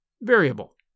variable